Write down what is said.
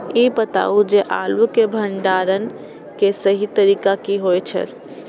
ई बताऊ जे आलू के भंडारण के सही तरीका की होय छल?